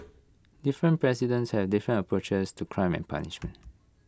different presidents have different approaches to crime and punishment